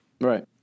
Right